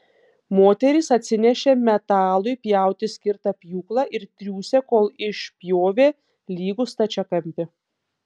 moterys atsinešė metalui pjauti skirtą pjūklą ir triūsė kol išpjovė lygų stačiakampį